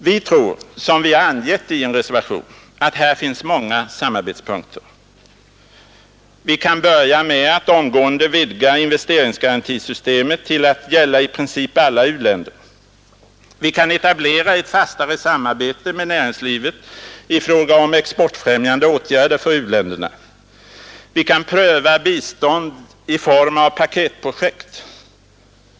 Vi tror — som vi har angett i en reservation — att här finns många samarbetspunkter: Vi kan börja med att omgående vidga investeringsgarantisystemet till att gälla i princip alla u-länder. Vi kan etablera ett fastare samarbete med näringslivet i fråga om exportfrämjande åtgärder för u-länderna. Vi kan pröva bistånd i form av paketprojekt.